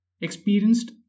experienced